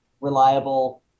reliable